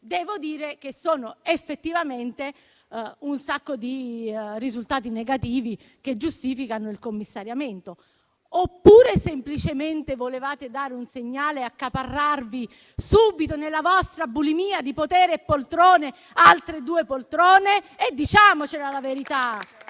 Devo dire che sono effettivamente un sacco di risultati negativi che giustificano il commissariamento. Oppure, semplicemente, volevate dare un segnale e accaparrarvi subito, nella vostra bulimia di potere e poltrone, altre due poltrone? Diciamocela, la verità.